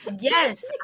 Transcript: Yes